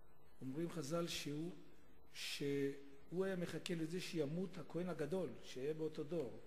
חז"ל אומרים שהוא היה מחכה שימות הכוהן הגדול שהיה באותו דור,